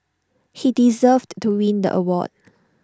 he deserved to win the award